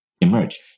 emerge